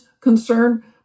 concern